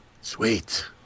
Sweet